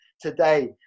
today